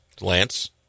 Lance